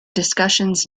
discussions